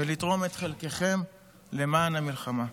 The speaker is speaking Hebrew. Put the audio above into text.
ותרמו את חלקכם למען המלחמה.